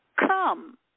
Come